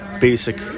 basic